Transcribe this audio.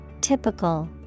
typical